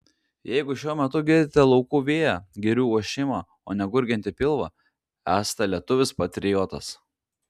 jeigu šiuo metu girdite laukų vėją girių ošimą o ne gurgiantį pilvą esate lietuvis patriotas